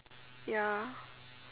ya